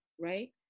right